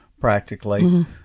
practically